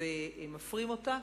ומפרים אותה.